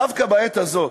דווקא בעת הזאת,